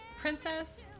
Princess